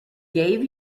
gave